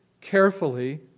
carefully